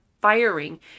firing